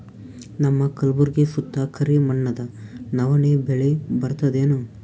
ನಮ್ಮ ಕಲ್ಬುರ್ಗಿ ಸುತ್ತ ಕರಿ ಮಣ್ಣದ ನವಣಿ ಬೇಳಿ ಬರ್ತದೇನು?